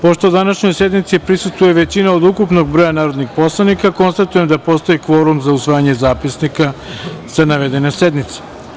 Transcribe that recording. Pošto današnjoj sednici prisustvuje većina od ukupnog broja narodnih poslanika, konstatujem da postoji kvorum za usvajanje zapisnika sa navedene sednice.